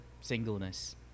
singleness